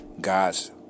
God's